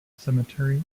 cemetery